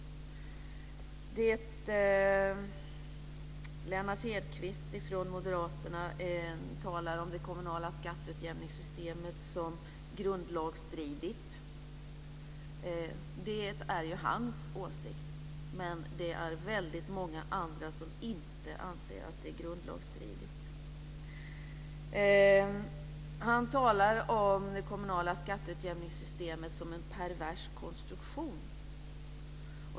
Lennart Hedquist från moderaterna talar om det kommunala skatteutjämningssystemet som grundlagsstridigt. Det är ju hans åsikt, men det är väldigt många andra som inte anser att det är grundlagsstridigt. Han talar om det kommunala skatteutjämningssystemet som en pervers konstruktion.